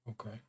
Okay